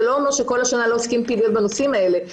זה לא אומר שכל השנה לא עושים פעילויות בנושאים האלה.